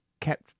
kept